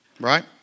right